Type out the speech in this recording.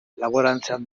laborantzan